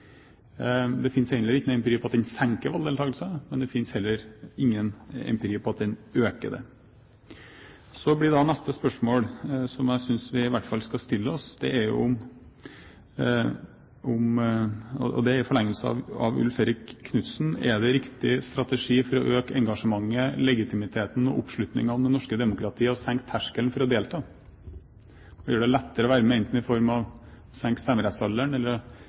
Det finnes heller ikke noen empiri på at de senker valgdeltakelsen. Det finnes altså ingen empiri på at de øker den. Så blir neste spørsmål, som jeg synes vi i hvert fall skal stille oss – og det er i forlengelsen av Ulf Erik Knudsens innlegg: Er det riktig strategi for å øke engasjementet, legitimiteten og oppslutningen om det norske demokratiet å senke terskelen for å delta, gjøre det lettere å være med, enten i form av å senke stemmerettsalderen eller